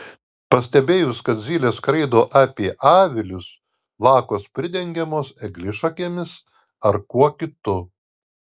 pastebėjus kad zylės skraido apie avilius lakos pridengiamos eglišakėmis ar kuo kitu